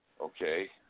okay